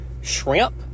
Shrimp